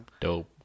Dope